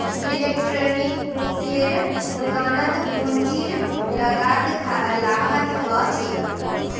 इलेक्ट्रॉनिक्सेर दुकानत पूंजीर लागत लाखत ह छेक